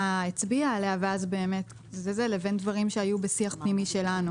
הצביעה ולבין דברים שהיו בשיח פנימי שלנו.